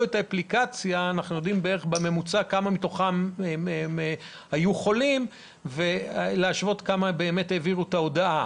את האפליקציה היו חולים ולהשוות כמה באמת העבירו את ההודעה.